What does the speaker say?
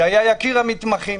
שהיה יקיר המתמחים.